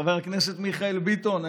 חבר הכנסת מיכאל ביטון,